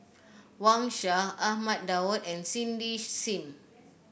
Wang Sha Ahmad Daud and Cindy Sim